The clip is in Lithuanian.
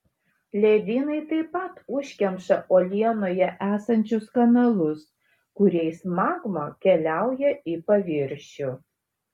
ledynai taip pat užkemša uolienoje esančius kanalus kuriais magma keliauja į paviršių